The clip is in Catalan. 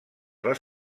les